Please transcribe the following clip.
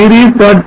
series